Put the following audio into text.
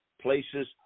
places